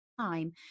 time